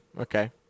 okay